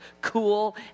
cool